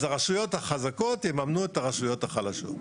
אז הרשויות החזקות יממנו את הרשויות החלשות.